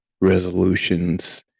resolutions